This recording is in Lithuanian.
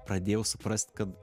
pradėjau suprast kad